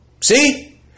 See